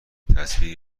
تصویری